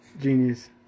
Genius